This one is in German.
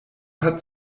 hat